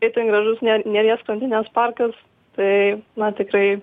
itin gražus ne neries krantinės parkas tai na tikrai